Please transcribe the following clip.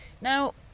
Now